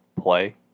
play